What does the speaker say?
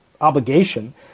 obligation